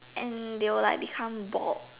and they will like become bald